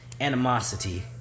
animosity